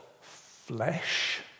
flesh